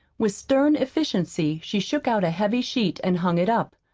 with stern efficiency she shook out a heavy sheet and hung it up.